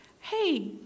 hey